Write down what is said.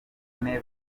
ine